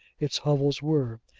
its hovels were.